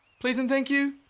please and thank you?